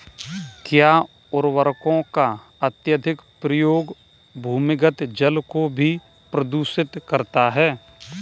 क्या उर्वरकों का अत्यधिक प्रयोग भूमिगत जल को भी प्रदूषित करता है?